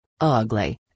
ugly